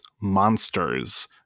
Monsters